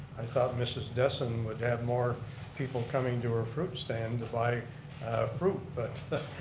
i thought mrs. desin would have more people coming to her fruit stand to buy fruit. but